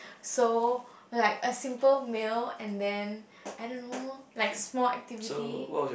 so like a simple meal and then I don't know like small activity